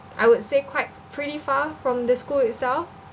I would say quite pretty far from the school itself